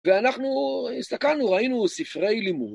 ואנחנו הסתכלנו ראינו ספרי לימוד